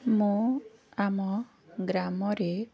ମୁଁ ଆମ ଗ୍ରାମରେ